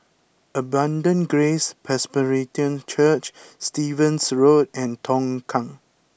Abundant Grace Presbyterian Church Stevens Road and Tongkang